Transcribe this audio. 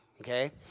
Okay